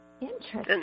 Interesting